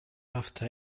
after